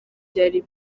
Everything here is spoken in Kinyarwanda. vyari